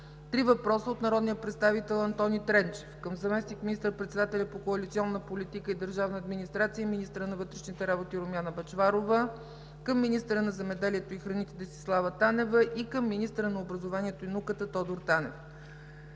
три въпроса от народния представител Антони Тренчев – към заместник министър-председателя по коалиционна политика и държавна администрация и министъра на вътрешните работи Румяна Бъчварова; към министъра на земеделието и храните Десислава Танева; и към министъра на образованието и науката Тодор Танев;